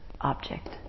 object